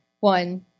One